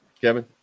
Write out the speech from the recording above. Kevin